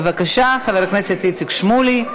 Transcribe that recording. בבקשה, חבר הכנסת איציק שמולי.